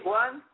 one